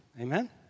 Amen